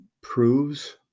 proves